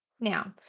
Now